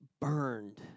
burned